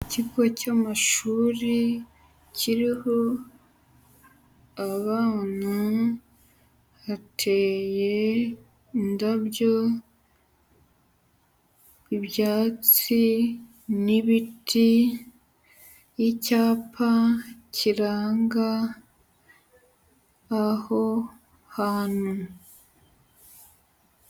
Ikigo cy'amashuri kiriho abana, hateye indabyo, ibyatsi n'ibiti, n'icyapa kiranga aho hantu.